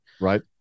right